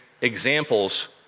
examples